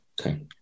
Okay